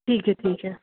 ठीक है ठीक है